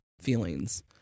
feelings